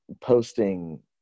posting